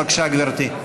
בבקשה, גברתי.